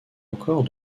encore